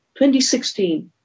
2016